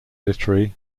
literary